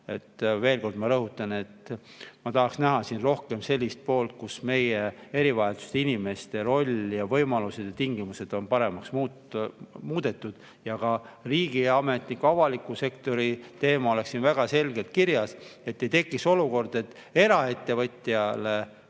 Veel kord ma rõhutan: ma tahaksin näha siin rohkem sellist poolt, kus meie erivajadusega inimeste võimalused ja tingimused on paremaks muudetud ja kus ka riigiametniku, avaliku sektori teema oleks väga selgelt kirjas, et ei tekiks olukord, et [vaid] eraettevõtjale määratakse